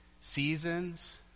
seasons